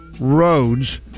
roads